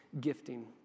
gifting